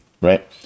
Right